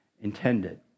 intended